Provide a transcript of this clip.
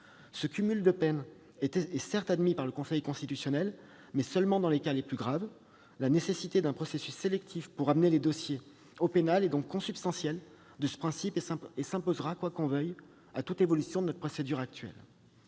Ce cumul de peines est, certes, admis par le Conseil constitutionnel, mais seulement dans les cas les plus graves. La nécessité d'un processus sélectif pour amener les dossiers au pénal est donc consubstantielle à ce principe. Elle s'imposera, quoi que l'on veuille, à toute évolution de notre procédure actuelle.